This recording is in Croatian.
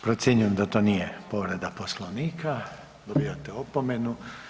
Procjenjujem da to nije povreda Poslovnika, dobijate opomenu.